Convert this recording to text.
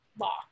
law